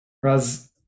Whereas